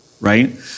right